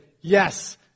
yes